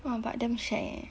!wah! but damn shag eh